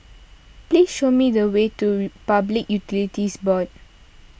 please show me the way to Public Utilities Board